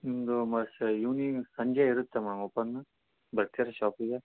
ನಿಮ್ಮದು ಮ ಶ ಇವ್ನಿಂಗ್ ಸಂಜೆ ಇರುತ್ತಾ ಮ್ಯಾಮ್ ಓಪನ್ನ ಬರ್ತೀರಾ ಶಾಪಿಗೆ